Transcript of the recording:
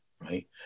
right